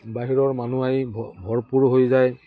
বাহিৰৰ মানুহ আহি ভ ভৰপূৰ হৈ যায়